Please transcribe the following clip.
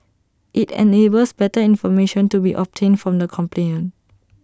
IT enables better information to be obtained from the complainant